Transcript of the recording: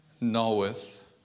knoweth